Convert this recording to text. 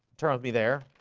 turns me there